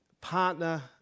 partner